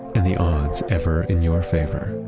and the odds ever in your favor